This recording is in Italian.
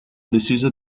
deciso